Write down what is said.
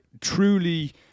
truly